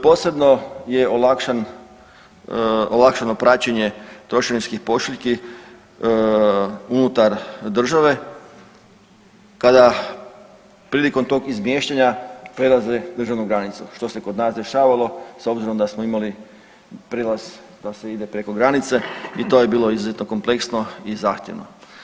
Posebno je olakšan, olakšano praćenje trošarinskih pošiljki unutar države kada prilikom tog izmještanja prelaze državnu granicu što se kod nas dešavalo s obzirom da smo imali prijelaz da se ide preko granice i to je bilo izuzetno kompleksno i zahtjevno.